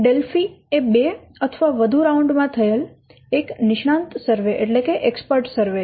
Delphi એ બે અથવા વધુ રાઉન્ડ માં થયેલ એક નિષ્ણાંત સર્વે છે